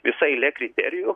visa eilė kriterijų